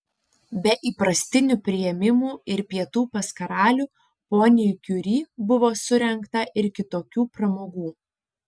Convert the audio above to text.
be įprastinių priėmimų ir pietų pas karalių poniai kiuri buvo surengta ir kitokių pramogų